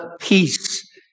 peace